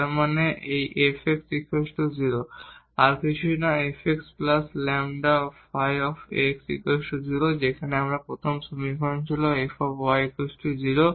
তার মানে এই Fx 0 আর কিছুই নয় fxλ ϕx 0 সেখানে প্রথম সমীকরণ ছিল Fy 0